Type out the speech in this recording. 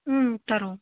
ம் தரோம்